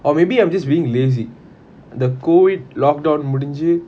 or maybe I'm just being lazy the COVID lockdown முடிஞ்சி:mudinji